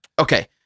Okay